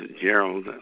Gerald